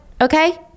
Okay